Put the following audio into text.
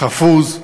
חפוז,